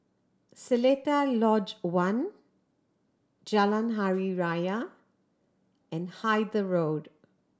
Seletar Lodge One Jalan Hari Raya and Hythe Road